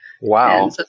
wow